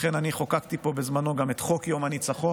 לכן אני חוקקתי פה בזמנו גם את חוק יום הניצחון,